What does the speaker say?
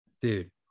Dude